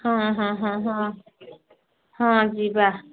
ହଁ ହଁ ହଁ ହଁ ହଁ ଯିବା